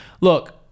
Look